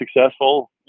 successful